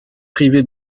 privé